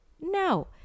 No